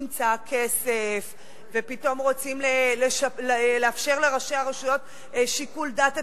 נמצא הכסף ופתאום רוצים לאפשר לראשי הרשויות שיקול דעת.